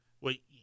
wait